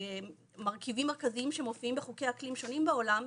מרכיבים מרכזיים שמופיעים בחוקי אקלים שונים בעולם.